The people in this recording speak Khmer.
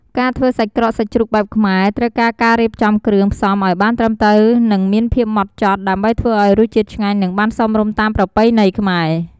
ការធ្វើសាច់ក្រកសាច់ជ្រូកបែបខ្មែរ ត្រូវការការរៀបចំគ្រឿងផ្សំឱ្យបានត្រឹមត្រូវ និងមានភាពម៉ដ្ឋចត់ ដើម្បីធ្វើឱ្យរសជាតិឆ្ងាញ់ និងបានសមរម្យតាមបែបប្រពៃណីខ្មែរ។